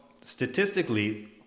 statistically